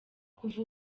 kuva